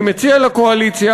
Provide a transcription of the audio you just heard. אני מציע לקואליציה,